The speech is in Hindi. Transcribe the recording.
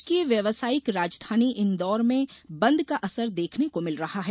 प्रदेश की व्यावसायिक राजधानी इंदौर में बंद का असर देखने को मिल रहा है